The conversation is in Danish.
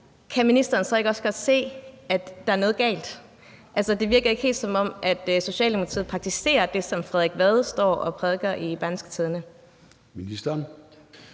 Kan ministeren så ikke også godt se, at der er noget galt? Det virker ikke helt, som om Socialdemokratiet praktiserer det, som Frederik Vad prædiker i Berlingske.